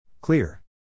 Clear